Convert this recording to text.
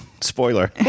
Spoiler